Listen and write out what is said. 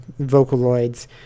Vocaloids